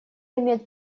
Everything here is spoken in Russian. имеет